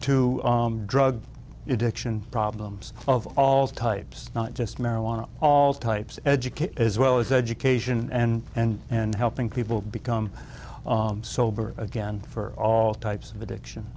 to drug addiction problems of all types not just marijuana all types educate as well as education and and and helping people become sober again for all types of addiction